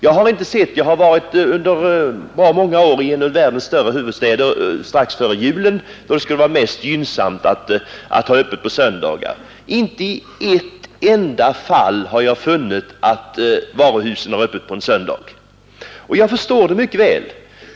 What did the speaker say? Jag har varit bra många år i en av världens största huvudstäder, strax före julen, då det skulle vara mest gynnsamt att ha öppet på söndagar. Inte i ett enda fall har jag funnit att varuhusen har öppet på en söndag. Jag förstår det mycket väl.